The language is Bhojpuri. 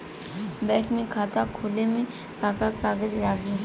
बैंक में खाता खोले मे का का कागज लागी?